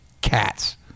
cats